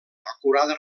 acurada